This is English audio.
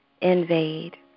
invade